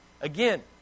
again